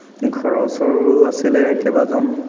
ঘৰৰ ওচৰৰো আছিলে কেইবাজন